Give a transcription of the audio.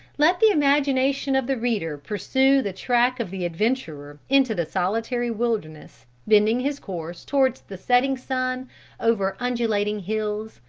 let the imagination of the reader pursue the track of the adventurer into the solitary wilderness, bending his course towards the setting sun over undulating hills,